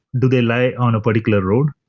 do they lie on a particular road?